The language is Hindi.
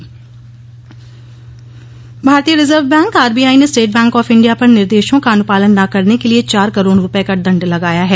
दंड भारतीय रिजर्व बैंक आरबीआई ने स्टेट बैंक ऑफ इंडिया पर निर्देशों का अनुपालन न करने के लिए चार करोड़ रूपये का दंड लगाया है